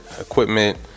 equipment